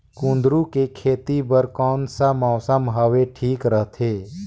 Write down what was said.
कुंदूरु के खेती बर कौन सा मौसम हवे ठीक रथे?